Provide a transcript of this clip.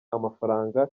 amafaranga